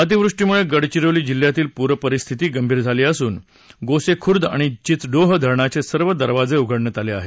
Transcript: अतिवृष्टीमुळे गडचिरोली जिल्ह्यातील पूर परिस्थिती गंभीर झाली असून गोसेखुर्द आणि चिचडोह धरणाचे सर्व दरवाजे उघडण्यात आले आहेत